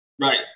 Right